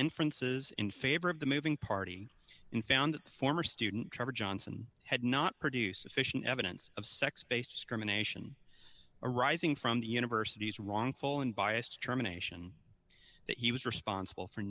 inferences in favor of the moving party and found that former student trevor johnson had not produced sufficient evidence of sex based discrimination arising from the university's wrongful and biased germination that he was responsible for